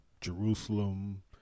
Jerusalem